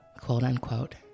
quote-unquote